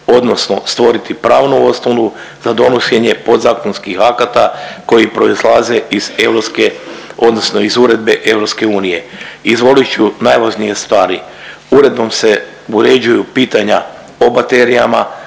odnosno stvoriti pravnu osnolu za donošenje podzakonskih akata koji proizlaze iz europske odnosno iz uredbe EU. Izvolit ću najvažnije stvari. Uredbom se uređuju pitanja o baterijama,